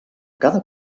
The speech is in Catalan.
cada